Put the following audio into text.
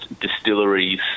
distilleries